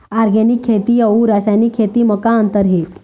Organic खेती अउ रासायनिक खेती म का अंतर हे?